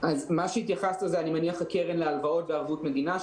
אני מניח שהתייחסת לקרן להלוואות בערבות המדינה,